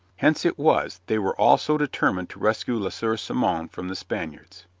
hence it was they were all so determined to rescue le sieur simon from the spaniards.